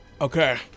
Okay